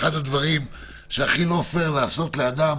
ואחד הדברים שהכי לא הוגן לעשות לאדם